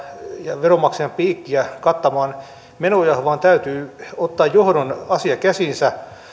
ja veronmaksajan piikkiä kattamaan menoja vaan johdon täytyy ottaa asia käsiinsä